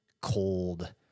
cold